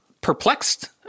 perplexed